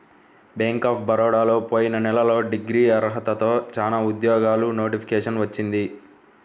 bank of బరోడాలో పోయిన నెలలో డిగ్రీ అర్హతతో చానా ఉద్యోగాలకు నోటిఫికేషన్ వచ్చింది